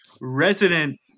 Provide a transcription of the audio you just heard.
resident